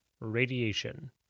radiation